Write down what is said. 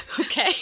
Okay